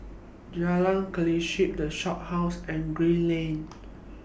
Jalan Kelichap The Shophouse and Green Lane